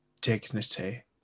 dignity